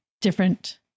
different